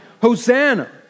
Hosanna